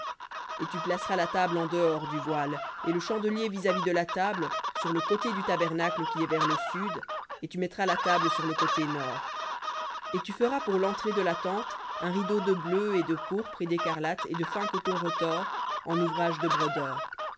et tu placeras la table en dehors du voile et le chandelier vis-à-vis de la table sur le côté du tabernacle qui est vers le sud et tu mettras la table sur le côté nord et tu feras pour l'entrée de la tente un rideau de bleu et de pourpre et d'écarlate et de fin coton retors en ouvrage de brodeur